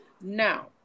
Now